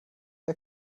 der